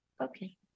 Okay